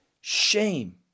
shame